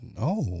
No